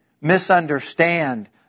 misunderstand